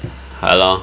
!hannor!